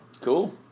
Cool